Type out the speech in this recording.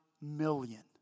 million